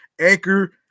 anchor